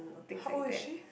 how old is she